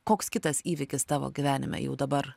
koks kitas įvykis tavo gyvenime jau dabar